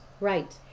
Right